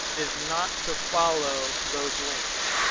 is not to follow those links.